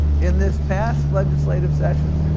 in this past legislative session,